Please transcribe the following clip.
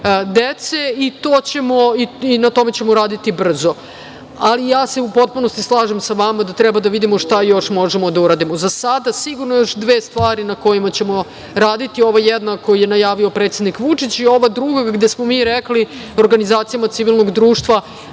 i na tome ćemo raditi brzo. Ali, ja se u potpunosti slažem sa vama da treba da vidimo šta još možemo da uradimo. Za sada sigurno još dve stvari na kojima ćemo raditi. Ovo je jedna koju je najavio predsednik Vučić. I ova druga, gde smo mi rekli organizacijama civilnog društva